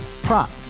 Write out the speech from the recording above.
Prop